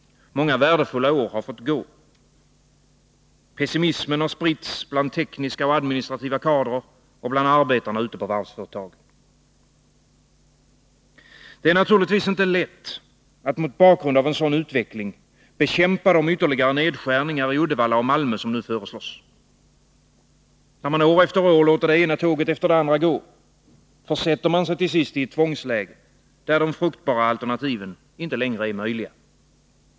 Många värdefulla år har fått gå. Pessimismen har spritt sig bland tekniska och administrativa kadrer och bland arbetarna ute på varvsföretagen. Det är naturligtvis inte lätt att mot bakgrund av en sådan utveckling bekämpa de ytterligare nedskärningar i Uddevalla och Malmö som nu föreslås. När man år efter år låter det ena tåget efter det andra gå, försätter man sig till sist i ett tvångsläge, där de fruktbara alternativen inte längre är möjliga.